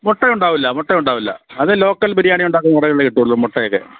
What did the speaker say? മുട്ട ഉണ്ടാവില്ല മുട്ട ഉണ്ടാവില്ല അത് ലോക്കൽ ബിരിയാണി ഉണ്ടാക്കുന്ന കടകളിലെ കിട്ടൂള്ളൂ മുട്ടയൊക്കെ